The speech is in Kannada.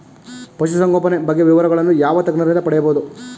ಪಶುಸಂಗೋಪನೆಯ ಬಗ್ಗೆ ವಿವರಗಳನ್ನು ಯಾವ ತಜ್ಞರಿಂದ ಪಡೆಯಬಹುದು?